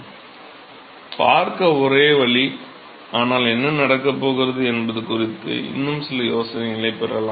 எனவே பார்க்க ஒரு வழி ஆனால் என்ன நடக்கப் போகிறது என்பது குறித்து இன்னும் சில யோசனைகளைப் பெறலாம்